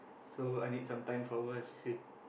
so I need some time for awhile she say